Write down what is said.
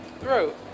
Throat